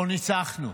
או: ניצחנו?